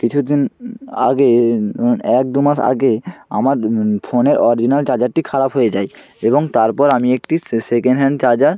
কিছু দিন আগে এক দু মাস আগে আমার ফোনের অরজিনাল চার্জারটি খারাপ হয়ে যায় এবং তারপর আমি একটি সেকেন্ড হ্যান্ড চার্জার